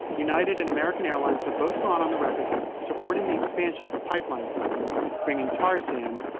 united and american airlines have both gone on the record so supporting the expanse of a pipeline system bringing tar sands,